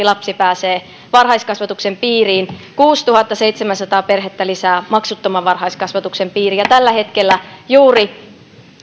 lapsi pääsee varhaiskasvatuksen piiriin kuusituhattaseitsemänsataa perhettä lisää maksuttoman varhaiskasvatuksen piiriin ja tällä hetkellä juuri